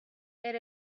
that